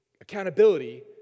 accountability